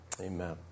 Amen